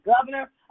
governor